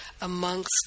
amongst